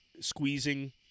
squeezing